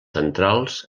centrals